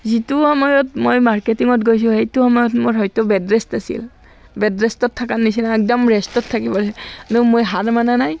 যিটো সময়ত মই মাৰ্কেটিঙত গৈছোঁ সেইটো সময়ত মোৰ হয়তো বেড ৰেষ্ট আছিল বেড ৰেষ্টত থকাৰ নিচিনা একদম ৰেষ্টত থাকিব দিছিল কিন্তু মই হাৰ মানা নাই